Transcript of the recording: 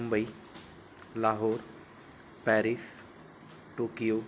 Mumbai Lahore Paris Tokyo